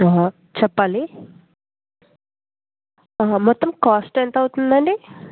okay మీకేమన్నా ఇంకా information కావాలంటే వాళ్ళ క్లాస్ టీచర్కి కాల్ చేయండి తను ప్రొసీజర్ చెప్తుంది